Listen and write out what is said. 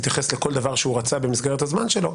התייחס לכל דבר שהוא רצה במסגרת הזמן שלו.